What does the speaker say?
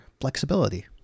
flexibility